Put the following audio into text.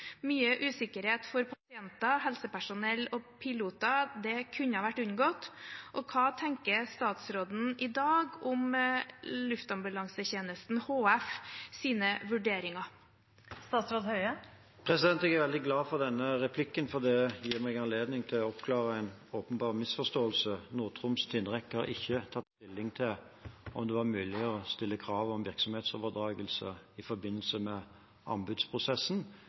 Mye usikkerhet for pasienter, helsepersonell og piloter kunne vært unngått. Hva tenker statsråden i dag om Luftambulansetjenesten HFs vurderinger? Jeg er veldig glad for denne replikken, for det gir meg anledning til å oppklare en åpenbar misforståelse. Nord-Troms tingrett har ikke tatt stilling til om det var mulig å stille krav om virksomhetsoverdragelse i forbindelse med anbudsprosessen.